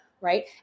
right